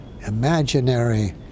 imaginary